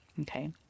Okay